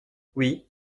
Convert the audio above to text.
oui